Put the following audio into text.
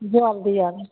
जल दियऽ लए